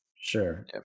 Sure